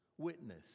witness